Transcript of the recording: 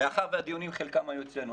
מאחר והדיונים חלקם היו אצלנו,